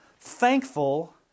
Thankful